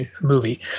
movie